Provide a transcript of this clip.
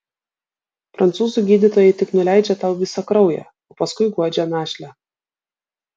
prancūzų gydytojai tik nuleidžia tau visą kraują o paskui guodžia našlę